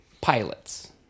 pilots